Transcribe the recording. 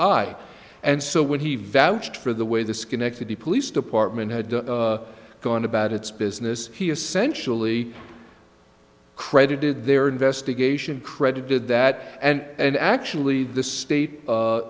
i and so when he vouched for the way the schenectady police department had gone about its business he essentially credited their investigation credit did that and actually the state